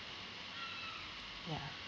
ya